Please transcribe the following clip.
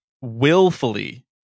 willfully